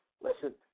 Listen